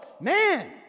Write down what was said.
Man